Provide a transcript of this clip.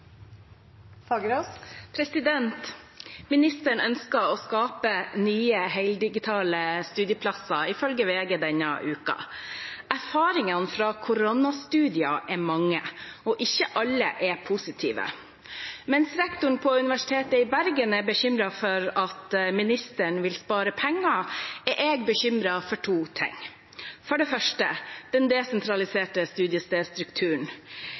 ønsker å skape nye heldigitale studieplasser, ifølge VG denne uken. Erfaringene fra studier i koronatiden er mange, og ikke alle er positive. Mens rektoren på Universitetet i Bergen er bekymret for at statsråden vil spare penger, er jeg bekymret for to ting. For det første, når det gjelder den desentraliserte studiestedstrukturen